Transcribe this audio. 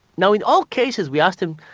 now in all cases we asked them,